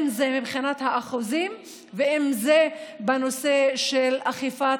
אם זה מבחינת האחוזים ואם זה בנושא של אכיפת